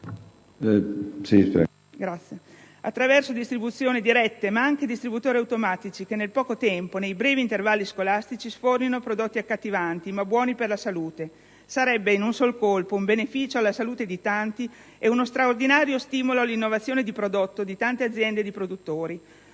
attraverso distribuzioni dirette ma anche distributori automatici che nel poco tempo, nei brevi intervalli scolastici, sfornino prodotti accattivanti ma buoni per la salute. Sarebbe in un solo colpo un beneficio alla salute di tanti e uno straordinario stimolo all'innovazione di prodotto di tante aziende di produttori.